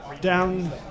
down